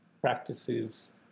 practices